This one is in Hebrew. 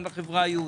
גם לחברה היהודית.